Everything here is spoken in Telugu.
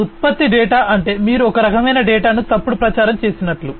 కాబట్టి ఉత్పత్తి డేటా అంటే మీరు ఒక రకమైన డేటాను తప్పుడు ప్రచారం చేసినట్లు